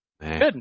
Good